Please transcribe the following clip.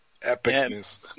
epicness